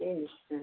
ହୁଁ ହୁଁ